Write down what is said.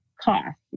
cost